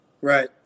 Right